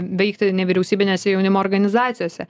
veikti nevyriausybinėse jaunimo organizacijose